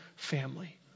family